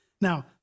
Now